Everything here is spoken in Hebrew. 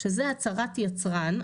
שזה הצהרת יצרן.